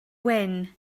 wyn